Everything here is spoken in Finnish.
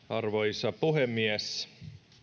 arvoisa puhemies